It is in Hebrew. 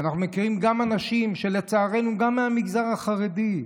ואנחנו מכירים אנשים גם מהמגזר החרדי,